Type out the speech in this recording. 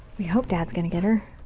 we hope dad's gonna get her.